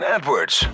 Edwards